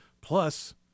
plus